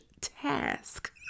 task